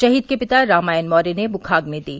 शहीद के पिता रामायन मौर्य ने मुखाग्नि दी